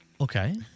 Okay